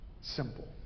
simple